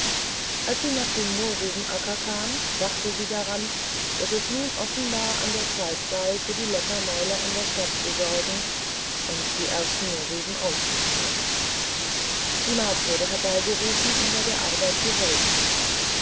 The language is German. als sie nach dem mohrrübenacker kam dachte sie daran daß es nun offenbar an der zeit sei für die leckermäuler in der stadt zu sorgen und die ersten mohrrüben auszuziehen die magd wurde herbeigerufen um bei der arbeit zu helfen